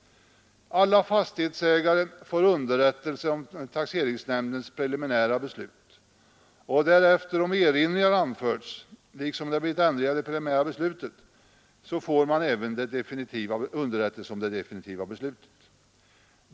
Alla fastighetsägare får underrättelse om taxeringsnämndens preliminära beslut och därefter — om erinringar anförts liksom om det blivit ändringar i det preliminära beslutet — även om det definitiva beslutet.